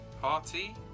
Party